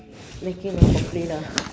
making a complain ah